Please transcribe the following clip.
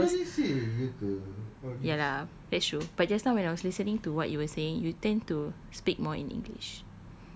tadi I I was ya lah that's true but just now when I was listening to what you were saying you tend to speak more in english